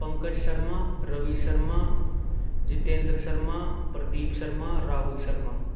Pankaj Sharma Ravi Sharma Jitendra Sharma Pradeep Sharma Rahul Sharma